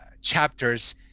chapters